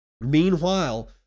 Meanwhile